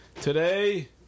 today